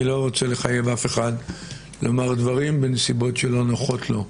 אני לא רוצה לחייב אף אחד לומר דברים בנסיבות שלא נוחות לו.